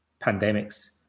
pandemics